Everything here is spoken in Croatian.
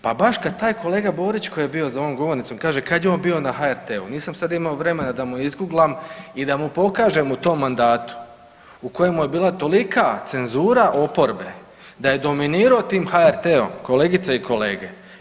Pa baš kad taj kolega Borić koji je bio za ovom govornicom kaže kad je on bio na HRT-u, nisam sad imao vremena da mu izguglam i da mu pokažem u tom mandatu u kojem je bila tolika cenzura oporbe da je dominirao tim HRT-om kolegice i kolege.